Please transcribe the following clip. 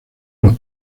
los